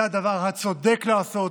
זה הדבר הצודק לעשות,